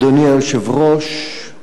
אדוני היושב-ראש,